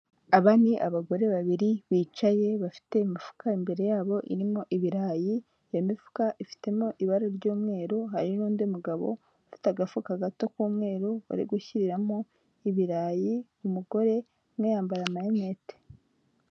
Aba ni abagore babiri bicaye bafite imifuka imbere yabo irimo ibirayi, iyo mifuka ifitemo ibara ry'umweru, hari n'undi mugabo ufite agafuka gato k'umweru bari gushyiriramo ibirayi umugore, umwe yambara amarinete.